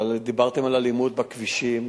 אבל דיברתם על אלימות בכבישים,